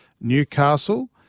Newcastle